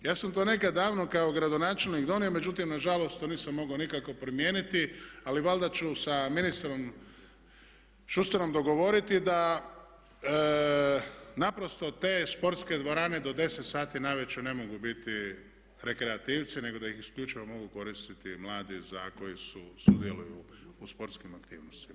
Ja sam to nekad davno kao gradonačelnik donio međutim nažalost to nisam mogao nikako promijeniti ali valjda ću sa ministrom Šustarom dogovoriti da naprosto te sportske dvorane do 10 sati navečer ne mogu biti rekreativci nego da ih isključivo mogu koristiti mladi koji sudjeluju u sportskim aktivnostima.